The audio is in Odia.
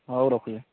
ହଉ ରଖୁଛି